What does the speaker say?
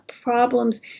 problems